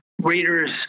readers